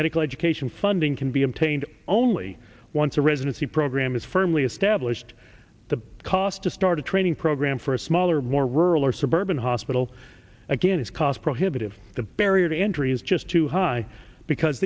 medical education funding can be obtained only once a residency program is firmly established the cost to start a training program for a smaller more rural or suburban hospital again is cost prohibitive the barrier to entry is just too high because